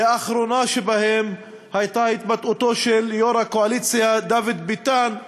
והאחרונה שבהן הייתה התבטאותו של יושב-ראש הקואליציה דוד ביטן,